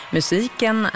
Musiken